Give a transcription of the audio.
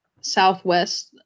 Southwest